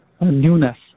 newness